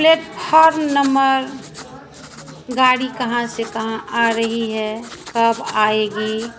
platform number गाड़ी कहाँ से कहाँ आ रही है कब आएगी